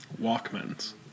Walkmans